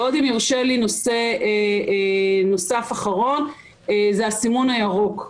ועוד אם יורשה לי נושא נוסף אחרון, הסימון הירוק.